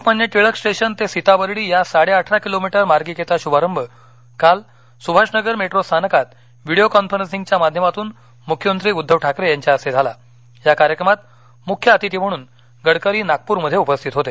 Lokmanya Tilak station ते सीताबर्डी या साडे अठरा किलोमीटर मार्गिकेचा शुभारंभ काल सुभाष नगर मेट्रो स्थानकात व्हिडीओ कॉन्फरन्सिंगच्या माध्यमातून मुख्यमंत्री उद्धव ठाकरे यांच्या हस्ते झाला या कार्यक्रमात मुख्य अतिथी म्हणून गडकरी नागपूरमध्ये उपस्थित होते